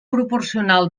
proporcional